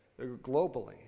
globally